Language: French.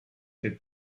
fait